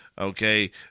okay